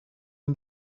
and